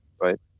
right